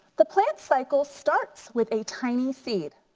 the plant cycle starts with a tiny seed.